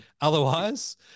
Otherwise